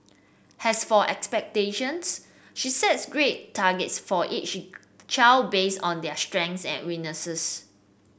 has for expectations she sets grade targets for each child based on their strengths and weaknesses